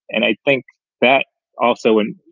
and i think that also in